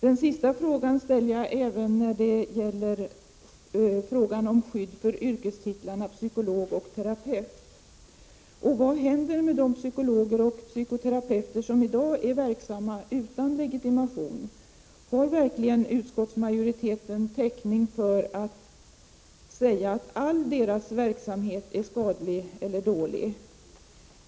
Den sista frågan ställer jag även när det gäller frågan om skydd för yrkestitlarna psykolog och terapeut. Vad händer med de psykologer och psykoterapeuter som i dag är verksamma utan legitimation? Har utskottsmajoriteten verkligen täckning för att säga att all verksamhet som dessa personer bedriver är skadlig eller dålig?